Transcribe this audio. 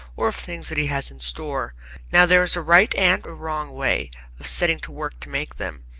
or of things that he has in store now, there is a right and a wrong way of setting to work to make them.